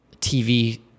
TV